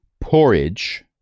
porridge